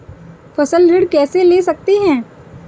फसल ऋण कैसे ले सकते हैं?